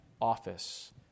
office